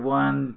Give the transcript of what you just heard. one